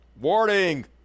Warning